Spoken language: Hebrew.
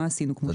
הגבולות.